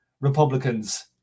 Republicans